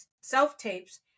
self-tapes